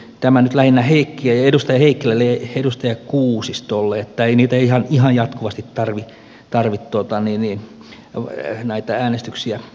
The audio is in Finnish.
tämä nyt lähinnä edustaja heikkilälle ja edustaja kuusistolle että ei ihan jatkuvasti tarvitse näitä äänestyksiä pitää